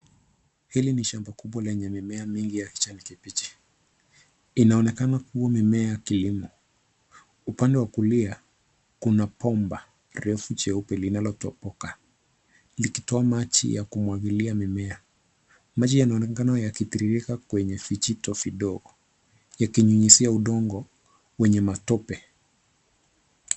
Hili ni shamba kubwa lenye mimea mingi ya kijani kibichi. Inaonekana kuwa mimea ya kilimo. Upande wa kulia, kuna bomba refu jeupe linalotoboka likitoa maji ya kumwagilia mimea. Maji yanaoekana yakitiririka kwenye vijito vidogo yakinyunyizia udongo wenye matope.